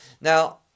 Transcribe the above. Now